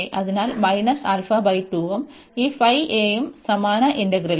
അതിനാൽ minus alpha 2 ഉം ഈ phi aയും സമാന ഇന്റഗ്രലും